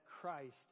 Christ